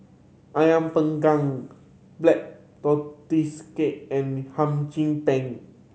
Ayam Panggang Black Tortoise Cake and Hum Chim Peng